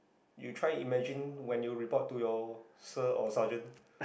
you try imagine when you report to your sir or sergeant